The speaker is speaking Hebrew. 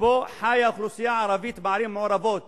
שבו חיה האוכלוסייה הערבית בערים המעורבות